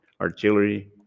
artillery